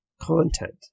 content